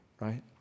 right